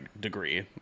degree